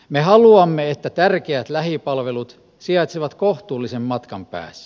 me haluamme että tärkeät lähipalvelut sijaitsevat kohtuullisen matkan päässä